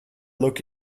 look